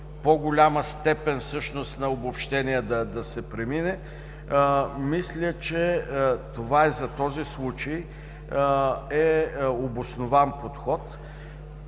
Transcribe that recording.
по-голяма степен на обобщение да се премине?“ Мисля, че това за този случай е обоснован подход.